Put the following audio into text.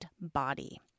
body